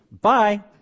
Bye